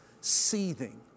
seething